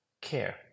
care